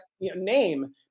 name